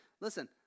listen